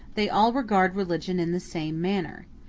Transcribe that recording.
they all regard religion in the same manner.